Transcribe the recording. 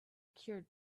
cured